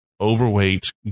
overweight